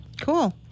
Cool